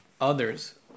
others